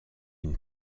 une